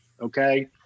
Okay